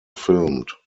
filmed